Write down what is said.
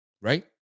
right